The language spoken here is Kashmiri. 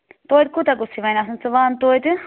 توتہِ کوٗتاہ گوٚژھُے وۄنۍ آسُن ژٕ وَن توتہِ